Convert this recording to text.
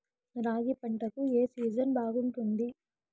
రాగి పంటకు, ఏ సీజన్ బాగుంటుంది?